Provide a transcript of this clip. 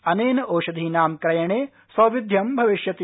अनेन ओषधीनां कुयणे सौविध्यं भविष्यति